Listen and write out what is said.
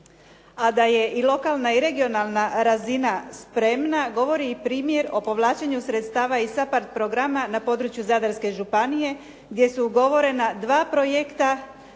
A da je lokalna i regionalna razina spremna govori i primjer o povlačenju sredstava iz SPARARD programa na području Zadarske županije gdje su ugovorena dva projekta